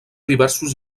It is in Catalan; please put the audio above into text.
diversos